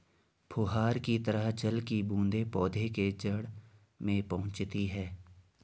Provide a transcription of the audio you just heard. फुहार की तरह जल की बूंदें पौधे के जड़ में पहुंचती है